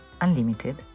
unlimited